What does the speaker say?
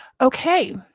Okay